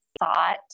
thought